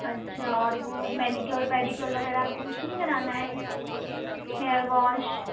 اچھا اور وہ مینی کیور پیڈی کیور وغیرہ آپ کو کچھ نہیں کرانا ہے ہیئر واش